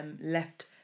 left